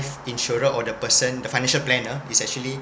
insurer or the person the financial planner is actually